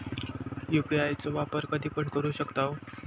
UPI चो वापर कधीपण करू शकतव?